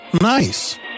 Nice